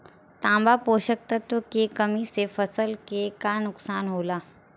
तांबा पोषक तत्व के कमी से फसल के का नुकसान होला?